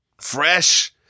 fresh